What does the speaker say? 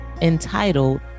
entitled